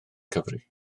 cyfri